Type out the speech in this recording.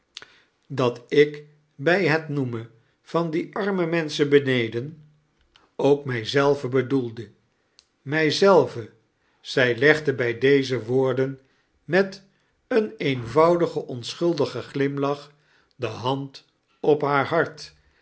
dat ik bij het noemen van die arme menschen beneden ook mij charles dickens zelve bedoelde mij zelve zij legde bij deze woorden met een eenvoudigen onsohuldigen glimlach de hand op haar hart